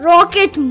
Rocket